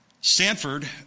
Stanford